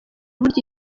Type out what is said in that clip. burya